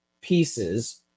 pieces